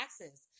taxes